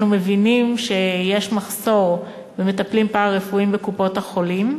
אנחנו מבינים שיש מחסור במטפלים פארה-רפואיים בקופות-החולים,